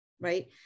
right